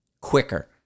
quicker